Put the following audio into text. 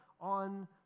on